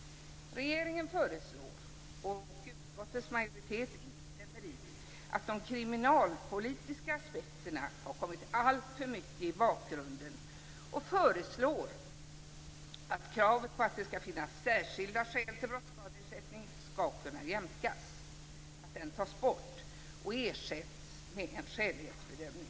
Regeringen anser, vilket utskottets majoritet instämmer i, att de kriminalpolitiska aspekterna har kommit alltför mycket i bakgrunden och föreslår att kravet tas bort på att det skall finnas särskilda skäl till att brottsskadeersättning skall kunna jämkas och att det ersätts med en skälighetsbedömning.